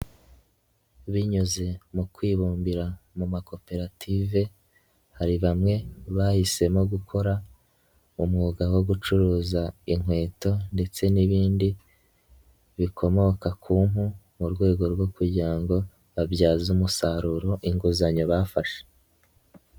Binyuze mu kwibumbira mu makoperative, hari bamwe bahisemo gukora umwuga wo gucuruza inkweto ndetse n'ibindi bikomoka ku mpu, mu rwego rwo kugira ngo babyaze umusaruro inguzanyo bafashe.